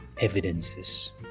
evidences